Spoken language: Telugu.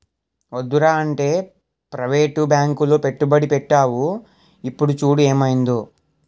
వద్దురా అంటే ప్రవేటు బాంకులో పెట్టుబడి పెట్టేవు ఇప్పుడు చూడు ఏమయిందో